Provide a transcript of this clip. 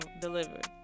delivered